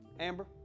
Amber